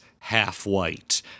half-white